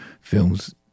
films